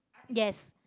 yes